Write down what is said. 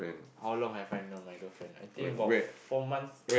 how long have I know my girlfriend I think about four months